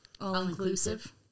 all-inclusive